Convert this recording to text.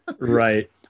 right